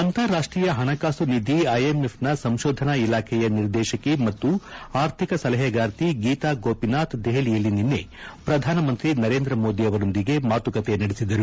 ಅಂತಾರಾಷ್ಟೀಯ ಹಣಕಾಸು ನಿಧಿ ಐಎಂಎಫ್ನ ಸಂಶೋಧನಾ ಇಲಾಖೆಯ ನಿರ್ದೇಶಕಿ ಮತ್ತು ಆರ್ಥಿಕ ಸಲಹೆಗಾರ್ತಿ ಗೀತಾ ಗೋಪಿನಾಥ್ ದೆಹಲಿಯಲ್ಲಿ ನಿನ್ನೆ ಪ್ರಧಾನಮಂತ್ರಿ ನರೇಂದ್ರ ಮೋದಿ ಅವರೊಂದಿಗೆ ಮಾತುಕತೆ ನಡೆಸಿದರು